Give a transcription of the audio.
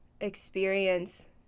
experience